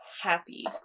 happy